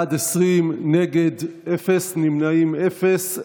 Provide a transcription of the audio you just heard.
בעד, 20, נגד, אפס, נמנעים, אפס.